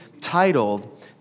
titled